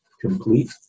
complete